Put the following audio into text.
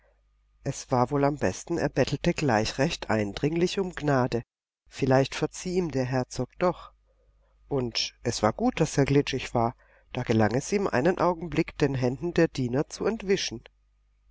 es war wohl am besten er bettelte gleich recht eindringlich um gnade vielleicht verzieh ihm der herzog doch und es war gut daß er glitschig war da gelang es ihm einen augenblick den händen der diener zu entwischen